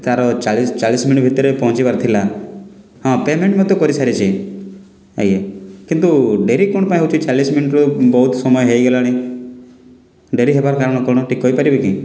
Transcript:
ତା'ର ଚାଳିଶି ଚାଳିଶି ମିନିଟ୍ ଭିତେରେ ପହଞ୍ଚିବାର ଥିଲା ହଁ ପେମେଣ୍ଟ୍ ମୁଁ ତ କରିସାରିଛି ଆଜ୍ଞା କିନ୍ତୁ ଡେରି କ'ଣ ପାଇଁ ହେଉଛି ଚାଳିଶି ମିନିଟ୍ରୁ ବହୁତ ସମୟ ହୋଇଗଲାଣି ଡେରି ହେବାର କାରଣ କ'ଣ ଟିକେ କହିପାରିବେ କି